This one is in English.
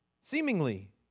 Seemingly